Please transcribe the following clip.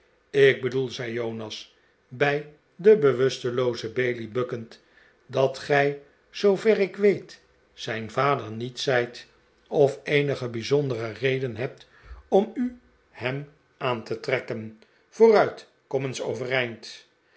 ik bedoel zei jonas bij den bewusteloozen bailey bukkend dat gij zoover ik weet zijn vader niet zijt of eenige bijzondere reden hebt om u hem aan te trekken vooruit kom eens overeind